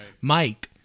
Mike